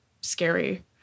scary